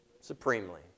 supremely